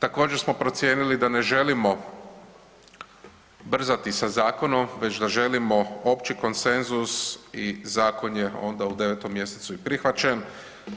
Također smo procijenili da ne želimo brzati sa zakonom, već da želimo opći konsenzus i zakon je onda u 9. mjesecu i prihvaćen